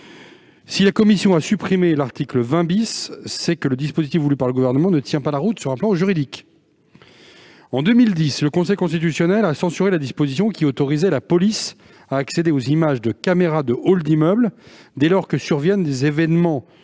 Si la commission a supprimé l'article 20, c'est que le dispositif voulu par le Gouvernement ne tient pas la route juridiquement. En effet, le Conseil constitutionnel a censuré en 2010 une disposition qui autorisait la police à accéder aux images de caméras de halls d'immeuble, dès lors que surviennent des événements